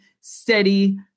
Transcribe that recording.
steady